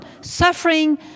suffering